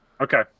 Okay